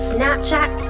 Snapchat